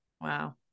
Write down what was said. Wow